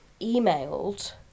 emailed